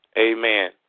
Amen